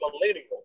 millennial